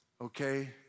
okay